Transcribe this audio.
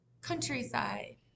countryside